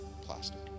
plastic